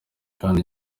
kandi